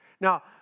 Now